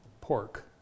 pork